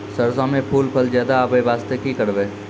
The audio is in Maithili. सरसों म फूल फल ज्यादा आबै बास्ते कि करबै?